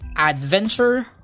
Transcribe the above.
adventure